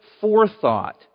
forethought